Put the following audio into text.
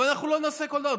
אבל אנחנו לא נעשה כל דבר.